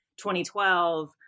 2012